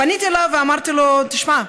פניתי אליו ואמרתי לו: תשמע,